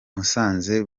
musanze